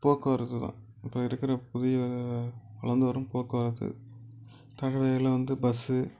போக்குவரத்துதான் இப்போ இருக்கிற புதிய வளர்ந்து வரும் போக்குவரத்து தரைவழியில் வந்து பஸ்ஸு